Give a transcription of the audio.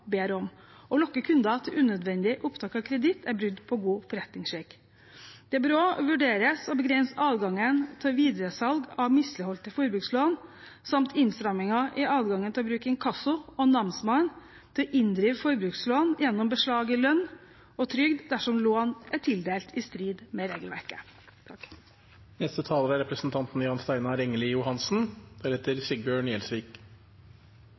til unødvendig opptak av kreditt er brudd på god forretningsskikk. Det bør også vurderes å begrense adgangen til videre salg av misligholdte forbrukslån samt innstramminger i adgangen til å bruke inkasso og Namsmannen til å inndrive forbrukslån gjennom beslag i lønn og trygd dersom lånet er tildelt i strid med regelverket.